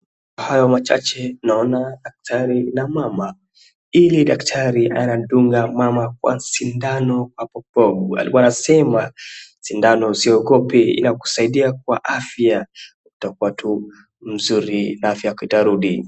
Kwa hayo machache naona daktari na mama, ili daktari anadunga mama kwa sindano hapo, alikuwa anasema sindano usiogope inakusaidia kwa afya, utakuwa tu mzuri afya yako itarudi.